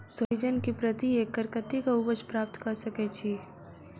सोहिजन केँ प्रति एकड़ कतेक उपज प्राप्त कऽ सकै छी?